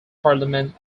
parliament